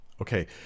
Okay